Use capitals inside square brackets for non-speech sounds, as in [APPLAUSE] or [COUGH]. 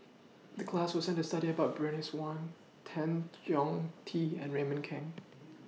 [NOISE] The class assignment was to study about Bernice Wong Tan Chong Tee and Raymond Kang [NOISE]